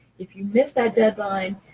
if you miss that deadline,